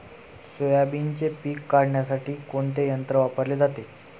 सोयाबीनचे पीक काढण्यासाठी कोणते यंत्र वापरले जाते?